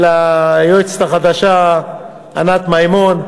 וליועצת החדשה ענת מימון,